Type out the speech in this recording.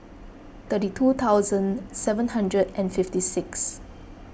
thirty two thousand seven hundred and fifty six